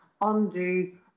undo